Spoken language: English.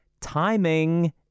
timing